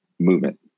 Movement